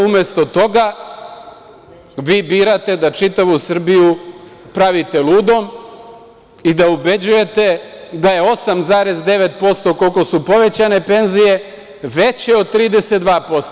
Umesto toga, vi birate da čitavu Srbiju pravite ludom i da ubeđujete da je 8,9%, koliko su povećane penzije, veće od 32%